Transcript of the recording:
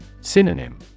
Synonym